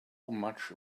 much